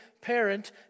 parent